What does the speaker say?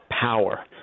power